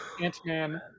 ant-man